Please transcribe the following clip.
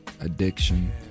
addiction